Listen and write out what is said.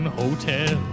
hotel